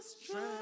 strength